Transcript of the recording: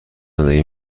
زندگی